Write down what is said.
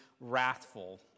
wrathful